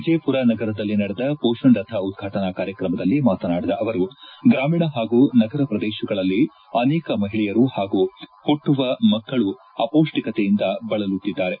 ವಿಜಯಪುರ ನಗರದಲ್ಲಿ ನಡೆದ ಪೋಷಣ್ ರಥ ಉದ್ವಾಟನಾ ಕಾರ್ಯಕ್ರಮದಲ್ಲಿ ಮಾತನಾಡಿದ ಅವರು ಗ್ರಾಮೀಣ ಹಾಗೂ ನಗರ ಪ್ರದೇಶಗಳಲ್ಲಿ ಅನೇಕ ಮಹಿಳೆಯರು ಹಾಗೂ ಹುಟ್ಟುವ ಮಕ್ಕಳು ಅಪೌಷ್ಷಿಕತೆಯಿಂದ ಬಳಲುತ್ತಿದ್ದಾರೆ